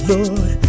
Lord